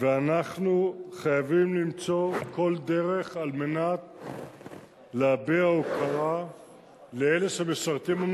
ואנחנו חייבים למצוא כל דרך על מנת להביע הוקרה לאלה שמשרתים,